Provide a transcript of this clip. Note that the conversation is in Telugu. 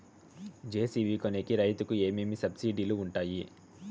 జె.సి.బి కొనేకి రైతుకు ఏమేమి సబ్సిడి లు వుంటాయి?